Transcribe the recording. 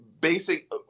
basic